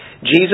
Jesus